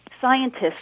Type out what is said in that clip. scientists